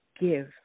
give